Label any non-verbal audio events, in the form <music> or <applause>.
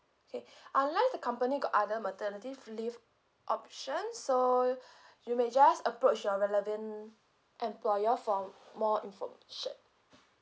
okay <breath> unless the company got other maternity leave options so <breath> you may just approach your relevant employer for more information